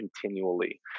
continually